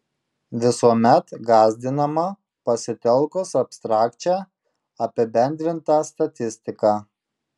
visuomet gąsdinama pasitelkus abstrakčią apibendrintą statistiką